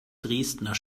dresdner